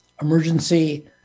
emergency